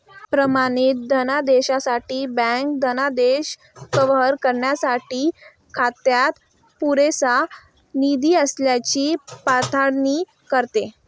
प्रमाणित धनादेशासाठी बँक धनादेश कव्हर करण्यासाठी खात्यात पुरेसा निधी असल्याची पडताळणी करते